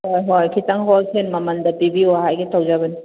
ꯍꯣꯏ ꯍꯣꯏ ꯈꯤꯇꯪ ꯍꯣꯜꯁꯦꯜ ꯃꯃꯟꯗ ꯄꯤꯕꯤꯌꯣ ꯍꯥꯏꯒꯦ ꯇꯧꯖꯕꯅꯤ